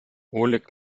oleg